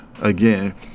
Again